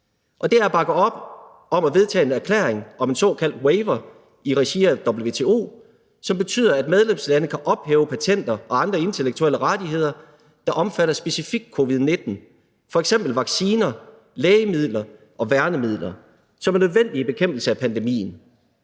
og det at bakke op om at vedtage en erklæring om en såkaldt waiver i regi af WTO, som betyder, at medlemslande kan ophæve patenter og andre intellektuelle rettigheder, der omfatter specifikt covid-19, f.eks. vacciner, lægemidler og værnemidler, som er nødvendige i bekæmpelsen af pandemien.